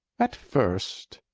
at first.